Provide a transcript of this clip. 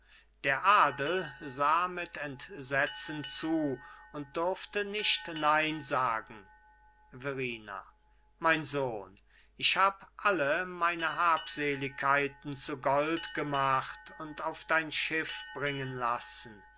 der adel sah mit entsetzen zu und durfte nicht nein sagen verrina mein sohn ich hab alle meine habseligkeiten zu gold gemacht und auf dein schiff bringen lassen